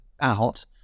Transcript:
out